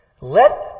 Let